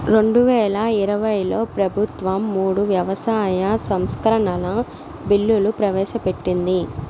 రెండువేల ఇరవైలో ప్రభుత్వం మూడు వ్యవసాయ సంస్కరణల బిల్లులు ప్రవేశపెట్టింది